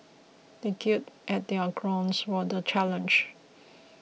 they gird at their loins for the challenge